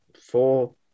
four